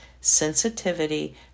sensitivity